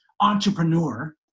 entrepreneur